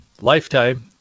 lifetime